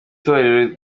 torero